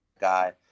guy